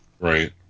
Right